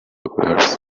wares